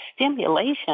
stimulation